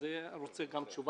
אני רוצה תשובה,